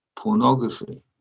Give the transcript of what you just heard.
pornography